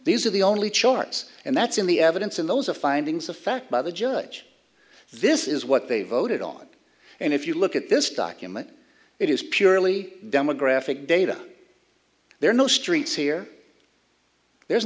these are the only charts and that's in the evidence in those the findings of fact by the judge this is what they voted on and if you look at this document it is purely demographic data there are no streets here there's